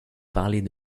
parlait